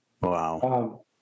Wow